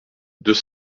deux